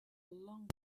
long